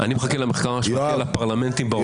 אני מחכה למחקר השוואתי על הפרלמנטים בעולם.